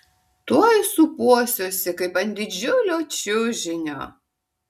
tuoj sūpuosiuosi kaip ant didžiulio čiužinio